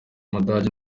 w’umudage